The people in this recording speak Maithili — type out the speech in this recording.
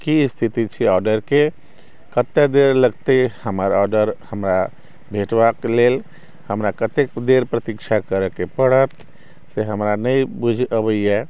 की स्थिति छी ऑर्डरके कते देर लगतै हमर ऑर्डर भेटबाके लेल हमरा कतेक देर प्रतीक्षा करैके पड़त से हमरा नहि बुझै अबैए